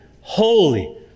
holy